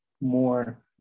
more